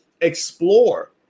explore